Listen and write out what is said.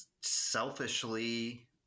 selfishly